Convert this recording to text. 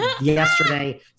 yesterday